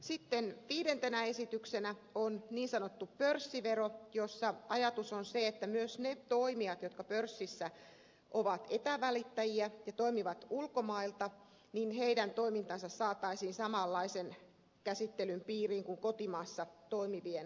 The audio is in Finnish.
sitten viidentenä esityksenä on niin sanottu pörssivero jossa ajatus on se että myös niiden toimijoiden toiminta jotka pörssissä ovat etävälittäjiä ja toimivat ulkomailta saataisiin samanlaisen käsittelyn piiriin kuin kotimaassa toimivien toimijoiden